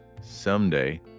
someday